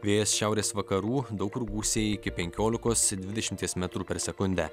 vėjas šiaurės vakarų daug kur gūsiai iki penkiolikos dvidešimties metrų per sekundę